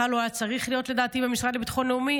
הוא בכלל לא היה צריך להיות במשרד לביטחון לאומי,